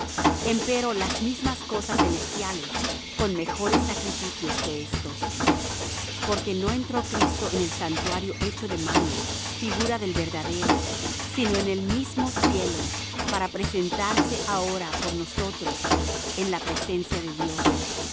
cosas empero las mismas cosas celestiales con mejores sacrificios que éstos porque no entró cristo en el santuario hecho de mano figura del verdadero sino en el mismo cielo para presentarse ahora por nosotros en la presencia de dios